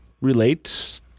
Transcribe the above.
relate